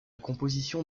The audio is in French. composition